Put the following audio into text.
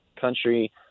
country